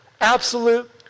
absolute